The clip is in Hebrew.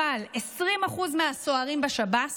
אבל 20% מהסוהרים בשב"ס,